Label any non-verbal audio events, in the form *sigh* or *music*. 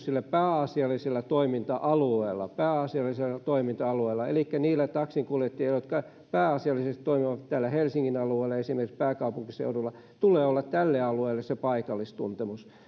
*unintelligible* sillä pääasiallisella toiminta alueella pääasiallisella toiminta alueella elikkä niillä taksinkuljettajilla jotka pääasiallisesti toimivat täällä helsingin alueella esimerkiksi pääkaupunkiseudulla tulee olla tälle alueelle se paikallistuntemus